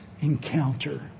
encounter